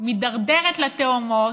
מידרדרת לתהומות,